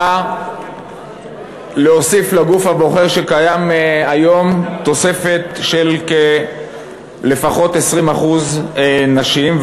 באה להוסיף לגוף הבוחר שקיים היום תוספת של לפחות 20% נשים,